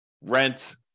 rent